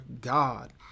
God